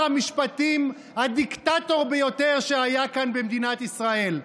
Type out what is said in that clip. המשפטים הדיקטטור ביותר שהיה כאן במדינת ישראל.